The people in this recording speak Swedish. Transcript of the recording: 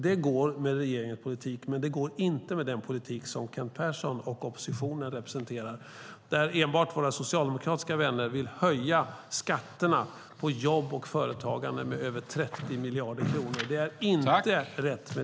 Det går med regeringens politik, men det går inte med den politik som Kent Persson och oppositionen representerar, där enbart våra socialdemokratiska vänner vill höja skatterna på jobb och företagande med över 30 miljarder kronor. Det är inte rätt medicin.